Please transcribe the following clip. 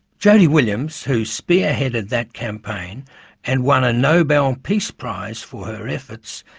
jody williams, who spearheaded that campaign and won a nobel peace prize for her efforts,